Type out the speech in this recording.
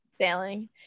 sailing